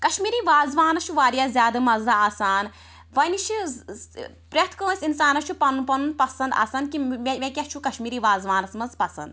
کشمیٖری وازٕوانَس چھُ واریاہ زیادٕ مَزٕ آسان وَنہ چھِ پرٛیٚتھ کٲنٛسہِ اِنسانَس چھُ پَنُن پَنُن پَسَنٛد آسان کہِ مےٚ کیٛاہ چھُ کشمیٖری وازٕوانَس مَنٛز پسنٛد